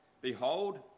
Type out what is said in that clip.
Behold